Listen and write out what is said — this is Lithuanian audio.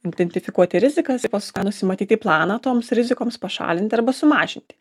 identifikuoti rizikas paskui nusimatyti planą toms rizikoms pašalinti arba sumažinti